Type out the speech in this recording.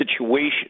situation